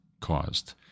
caused